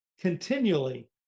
continually